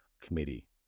Committee